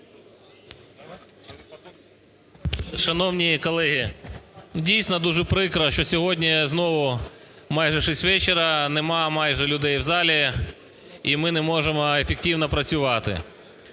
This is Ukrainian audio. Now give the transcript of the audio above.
Шановні колеги, дійсно, дуже прикро, що сьогодні знову, майже шість вечора, а немає майже людей в залі, і ми не можемо ефективно працювати.